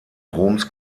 roms